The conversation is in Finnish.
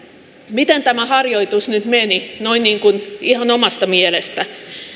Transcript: miten tämä harjoitus nyt meni noin niin kuin ihan omasta mielestä